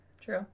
true